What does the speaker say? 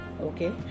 Okay